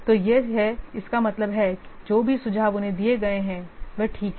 तो ये हैं इसका मतलब है जो भी सुझाव उन्हें दिए गए हैं वे ठीक हैं